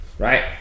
Right